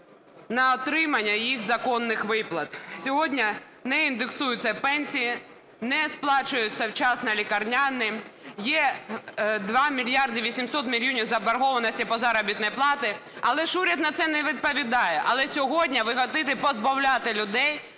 на отримання їх законних виплат. Сьогодні не індексуються пенсії, не сплачуються вчасно лікарняні, є 2 мільярди 800 мільйонів заборгованості по заробітній платі. Але ж уряд на це не відповідає. Але сьогодні ви хочете позбавляти людей